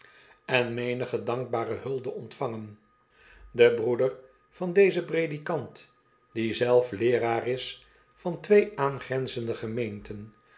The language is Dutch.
en menige dankbare hulde ontvangen de broeder van dezen predikant die zelf leeraar is van twee aangrenzende gemeenten